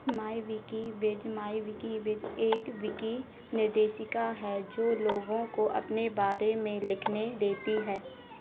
माईविकी बिज MyWikiBiz एक wiki निर्देशिका है जो लोगों को अपने बारे में लिखने देती है